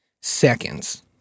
seconds